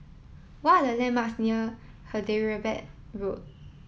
what are the landmarks near Hyderabad Road